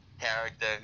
character